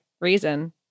reason